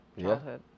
childhood